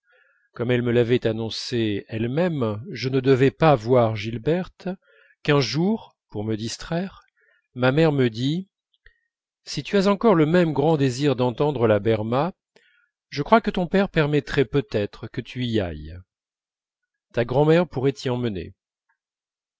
comme elle me l'avait annoncé elle-même je ne devais pas voir gilberte qu'un jour pour me distraire ma mère me dit si tu as encore le même grand désir d'entendre la berma je crois que ton père permettrait peut-être que tu y ailles ta grand'mère pourrait t'y emmener